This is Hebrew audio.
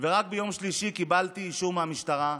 ורק ביום שלישי קיבלתי אישור מהמשטרה,